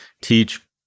teach